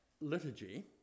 liturgy